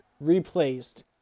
replaced